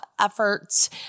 efforts